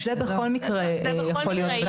זה בכל מקרה יהיה,